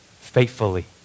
faithfully